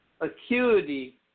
acuity